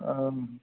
हम